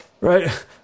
right